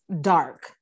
dark